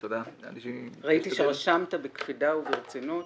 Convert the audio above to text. ראיתי שרשמת בקפידה וברצינות.